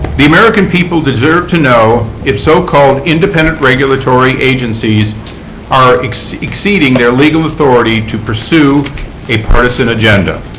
the american people deserve to know if so-called independent regulatory agencies are exceeding exceeding their legal authority to pursue a partisan agenda.